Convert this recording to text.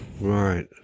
Right